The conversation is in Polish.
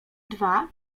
dwa